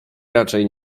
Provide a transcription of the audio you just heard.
raczej